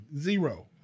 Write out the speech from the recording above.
Zero